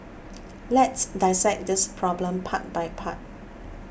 let's dissect this problem part by part